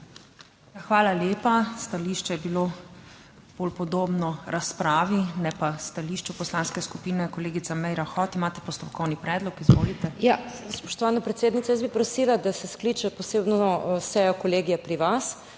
Hvala lepa. Stališče je bilo bolj podobno razpravi, ne pa stališču poslanske skupine. Kolegica Meira Hot, imate postopkovni predlog, izvolite. MAG. MEIRA HOT (PS SD): Ja, spoštovana predsednica, jaz bi prosila, da se skliče posebno sejo kolegija pri vas,